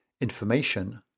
information